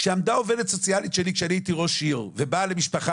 כשעמדה עובדת סוציאלית שלי כשהייתי ראש עיר ובאה למשפחה